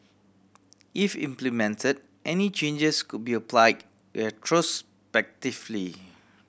if implemented any changes could be applied retrospectively